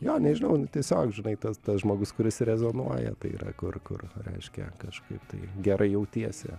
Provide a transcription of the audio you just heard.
jo nežinau nu tiesiog žinai tas tas žmogus kuris rezonuoja tai yra kur kur reiškia kažkaip tai gerai jautiesi